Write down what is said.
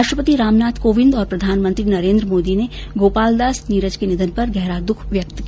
राष्ट्रपति रामनाथ कोविंद और प्रधानमंत्री नरेन्द्र मोदी ने गोपाल दास नीरज के निधन पर गहरा दुख व्यक्त किया है